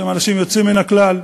שהם אנשים יוצאים מן הכלל,